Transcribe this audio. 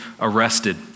arrested